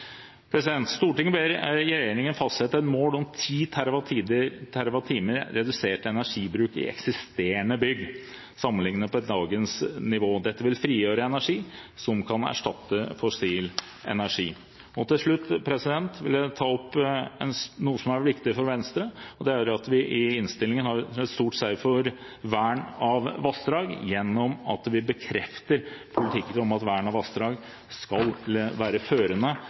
Stortinget ber regjeringen fastsette et mål om 10 TWh redusert energibruk i eksisterende bygg, sammenlignet med dagens nivå. Dette vil frigjøre energi som kan erstatte fossil energi. Til slutt vil jeg ta opp noe som er viktig for Venstre, og det er at vi i innstillingen har oppnådd en stor seier for vern av vassdrag gjennom at vi bekrefter at verneplanen for vassdrag skal være førende,